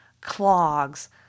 clogs